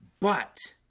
but